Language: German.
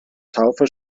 taufe